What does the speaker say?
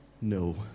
no